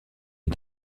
est